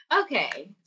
Okay